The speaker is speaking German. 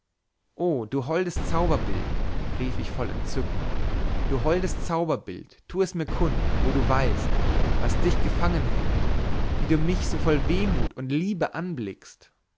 o du holdes zauberbild rief ich voll entzücken o du holdes zauberbild tu es mir kund wo du weilst was dich gefangen hält o wie du mich so voll wehmut und liebe anblickst